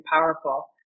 powerful